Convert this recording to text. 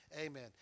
amen